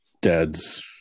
dad's